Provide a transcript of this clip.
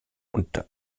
und